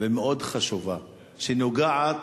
ומאוד חשובה שנוגעת